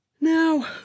now